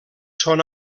són